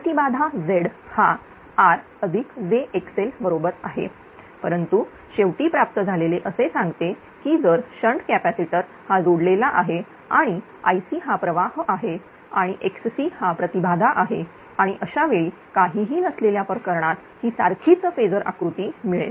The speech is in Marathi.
प्रतिबाधा Z हा rjxl बरोबर आहे परंतु शेवटी प्राप्त झालेले असे सांगते की जर शंट कॅपॅसिटर हा जोडलेला आहे आणि Ic हा प्रवाह आहे आणि xc आणि हा प्रतिबाधा आहे आणि अशावेळी काहीही नसलेल्या प्रकरणात ही सारखीच फेजर आकृती मिळेल